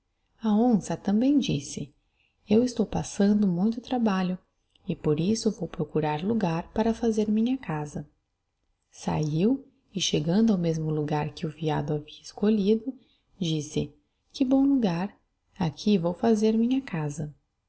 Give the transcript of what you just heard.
onça também disse eu estou passando muito trabalho e por isso vou procurar logar para fazer minha casa sahiu e chegando ao mesmo logar que o veado havia escolhido disse que bom logar aqui vou fazer minha casa